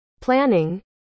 Planning